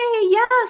yes